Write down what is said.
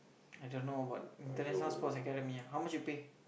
I don't know about International Sports Academy ah how much you pay